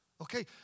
okay